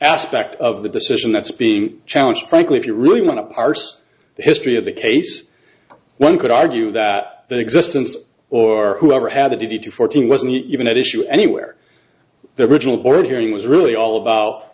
aspect of the decision that's being challenged frankly if you really want to parse the history of the case one could argue that the existence or whoever had a duty to fourteen wasn't even at issue anywhere the original board hearing was really all about